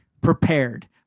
prepared